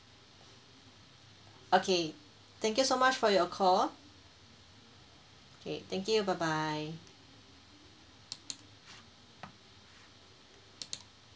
okay thank you so much for your call okay thank you bye bye